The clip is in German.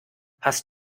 hast